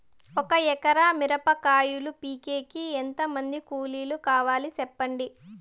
ఒక ఎకరా మిరప కాయలు పీకేకి ఎంత మంది కూలీలు కావాలి? సెప్పండి?